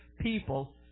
people